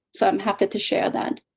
so, i'm happy to share that.